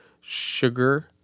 sugar